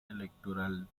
electoral